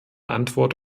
antwort